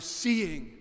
seeing